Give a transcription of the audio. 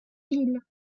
ville